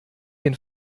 den